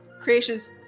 creations